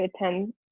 attend